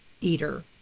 eater